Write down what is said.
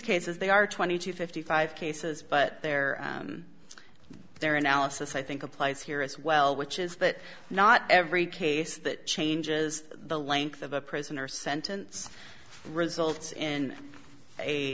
cases they are twenty to fifty five cases but there their analysis i think applies here as well which is that not every case that changes the length of a prisoner sentence